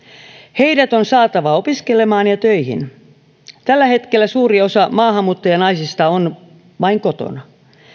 heidät on saatava opiskelemaan ja töihin tällä hetkellä suuri osa maahanmuuttajanaisista on vain kotona